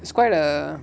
it's quite err